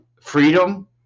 freedom